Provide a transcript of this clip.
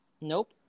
Nope